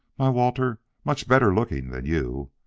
my walter much better looking than you.